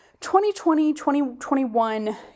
2020-2021